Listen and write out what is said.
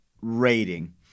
rating